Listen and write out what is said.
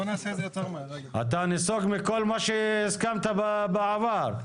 אתה נסוג מכל מה שהסכמת בעבר.